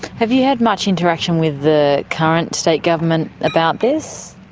have you had much interaction with the current state government about this?